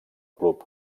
club